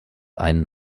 einen